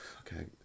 okay